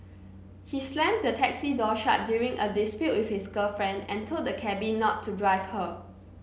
he slammed the taxi door shut during a dispute with his girlfriend and told the cabby not to drive her